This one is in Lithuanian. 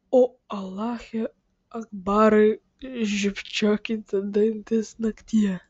o alache akbarai žybčiokite dantys naktyje